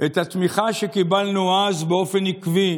את התמיכה שקיבלנו אז באופן עקבי